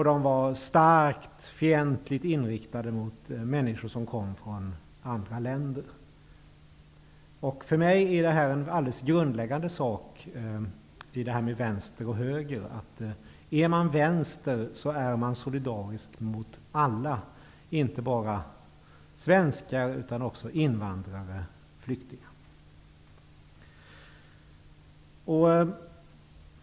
De var starkt fientligt inriktade mot människor som kom från andra länder. För mig är det en alldeles grundläggande sak, när det gäller detta med vänster och höger, att om man är vänster så är man solidarisk mot alla, inte bara svenskar, utan också invandrare och flyktingar.